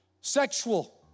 sexual